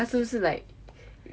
他是不是 like